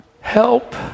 help